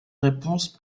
réponse